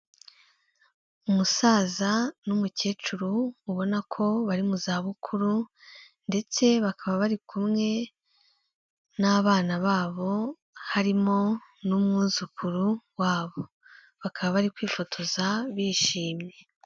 Umusaza n'umukecuru, ubona ko bari mu za bukuru ndetse bakaba bari kumwe n'abana babo, harimo n'umwuzukuru wabo, bakaba bari kwifotoza bishimye.